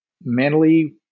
mentally